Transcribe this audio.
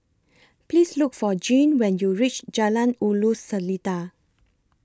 Please Look For Jean when YOU REACH Jalan Ulu Seletar